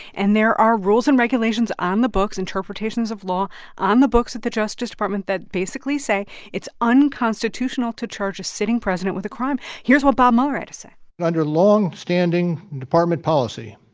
and there are rules and regulations on the books, interpretations of law on the books at the justice department that basically say it's unconstitutional to charge a sitting president with a crime. here's what bob mueller had to say under long-standing department policy,